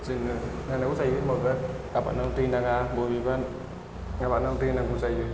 जोङो गायनांगौ जायो होनबाबो आबादाव दै नाङा बबेबा आबादाव दै नांगौ जायो